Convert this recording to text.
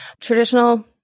Traditional